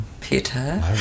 peter